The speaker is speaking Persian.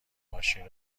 ماشین